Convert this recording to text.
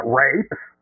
rapes